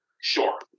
Sure